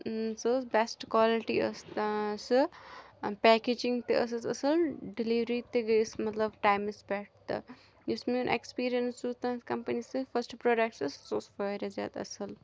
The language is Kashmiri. سُہ اوس بٮ۪سٹہٕ کالٹی ٲسۍ سُہ پیکیجِنٛگ تہٕ ٲسٕس اَصل ڈلِؤری تہٕ گٔیَس مَطلَب ٹایمَس پیٚٹھ تہٕ یُس میون اٮ۪کٕسپیٖریَنٕس روٗد تَتھ کَمپنی سۭتۍ فسٹہٕ پراڈَکٹَس سُہ اوس واریاہ زیادٕ اصل